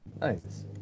nice